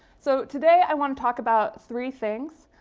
so today i want to talk about three things.